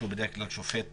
שהוא בדרך כלל שופט